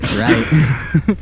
Right